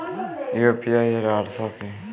UPI এর অর্থ কি?